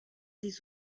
des